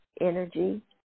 energy